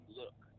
look